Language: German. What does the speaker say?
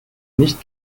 nicht